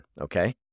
Okay